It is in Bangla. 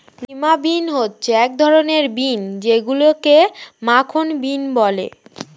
লিমা বিন হচ্ছে এক ধরনের বিন যেইগুলোকে মাখন বিন বলে